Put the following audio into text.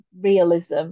realism